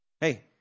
Hey